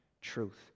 truth